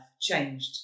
changed